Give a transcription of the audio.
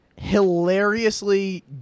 hilariously